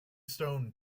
stone